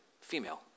female